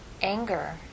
anger